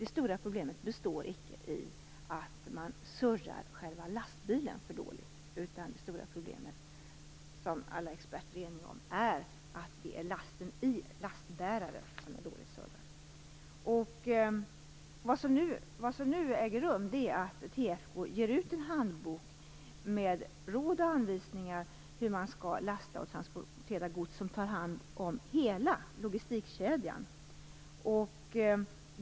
Det stora problemet består icke i att man surrar själva lastbilen för dåligt, utan det stora problemet - detta är alla experter eniga om - är att lasten i lastbäraren är dåligt surrad. Vad som nu sker är att TFK ger ut en handbok med råd och anvisningar om hur man skall lasta och transportera gods som ser till hela logistikkedjan.